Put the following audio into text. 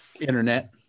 Internet